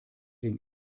den